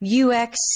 UX